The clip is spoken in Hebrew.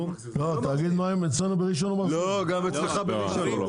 תאגיד מים אצלנו בראשון הוא מחזיר.